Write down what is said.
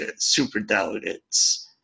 superdelegates